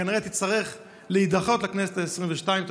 שכנראה תצטרך להידחות לכנסת העשרים-ושתיים.